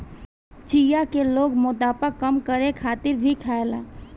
चिया के लोग मोटापा कम करे खातिर भी खायेला